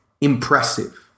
impressive